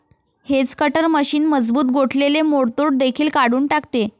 hedge cutter machine मजबूत गोठलेले मोडतोड देखील काढून टाकते